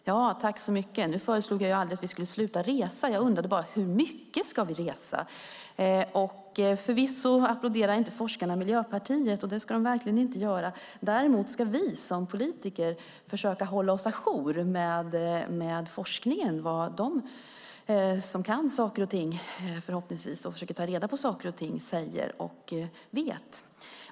Fru talman! Jag föreslog aldrig att vi skulle sluta resa. Jag undrade bara hur mycket vi ska resa. Nej, forskarna applåderar inte Miljöpartiet, och det ska de inte göra. Men vi politiker ska hålla oss ajour med vad forskningen kommer fram till.